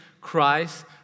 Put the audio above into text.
Christ